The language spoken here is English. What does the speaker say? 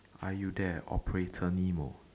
are you there operator nemo